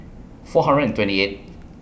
four hundred and twenty eight